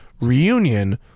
reunion